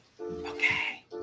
Okay